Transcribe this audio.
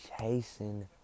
chasing